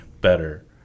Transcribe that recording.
better